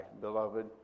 beloved